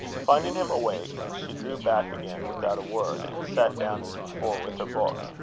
finding him awake, she drew back again without a word, and sat down as before with her book.